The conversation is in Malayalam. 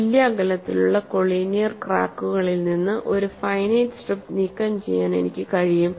തുല്യ അകലത്തിലുള്ള കൊളീനിയർ ക്രാക്കുകളിൽ നിന്ന് ഒരു ഫൈനൈറ്റ് സ്ട്രിപ്പ് നീക്കംചെയ്യാൻ എനിക്ക് കഴിയും